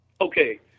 Okay